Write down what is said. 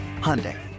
Hyundai